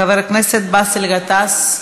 חבר הכנסת באסל גטאס.